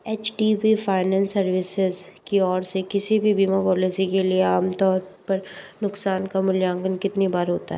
H T B finance services की ओर से किसी भी बीमा पॉलिसी के लिए आमतौर पर नुकसान का मूल्यांकन कितनी बार होता है